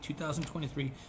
2023